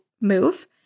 move